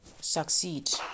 succeed